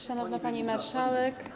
Szanowna Pani Marszałek!